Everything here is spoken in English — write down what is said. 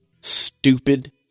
stupid